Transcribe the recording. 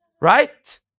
Right